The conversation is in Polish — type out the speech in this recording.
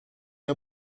nie